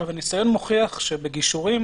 הניסיון מוכיח שבגישורים